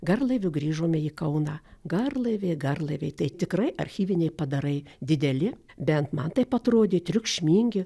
garlaiviu grįžome į kauną garlaiviai garlaiviai tai tikrai archyviniai padarai dideli bent man taip atrodė triukšmingi